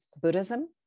Buddhism